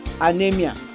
anemia